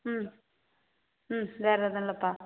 ம் ம் வேறு எதுவும் இல்லைப்பா